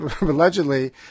allegedly